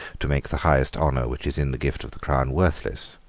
to make the highest honour which is in the gift of the crown worthless.